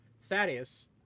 Thaddeus